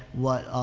what,